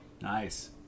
nice